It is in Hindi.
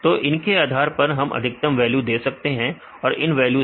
तो इन के आधार पर हम अधिकतम वैल्यू दे सकते हैं इन तीनों वैल्यू से